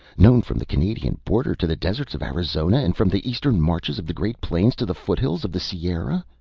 known from the canadian border to the deserts of arizona, and from the eastern marches of the great plains to the foot-hills of the sierra!